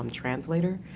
and translator,